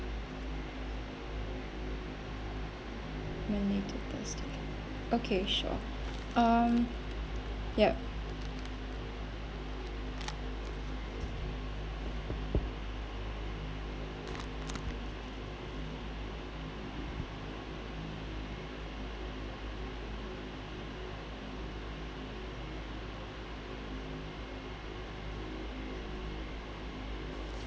monday to thursday okay sure um yup